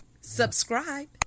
subscribe